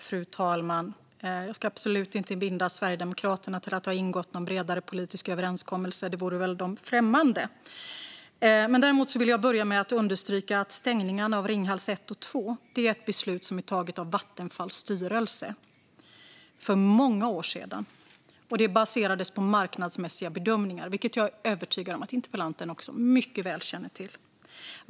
Fru talman! Jag ska absolut inte binda Sverigedemokraterna till att ha ingått någon bredare politisk överenskommelse. Det vore väl dem främmande. Däremot vill jag understryka att beslutet om stängning av Ringhals 1 och 2 togs av Vattenfalls styrelse för många år sedan. Det baserades på marknadsmässiga bedömningar, vilket jag är övertygad om att interpellanten mycket väl känner till.